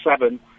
seven